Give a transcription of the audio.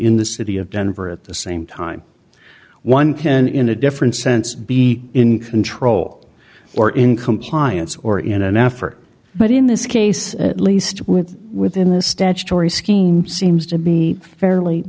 in the city of denver at the same time one can in a different sense be in control or in compliance or in an effort but in this case at least within the statutory scheme seems to be fairly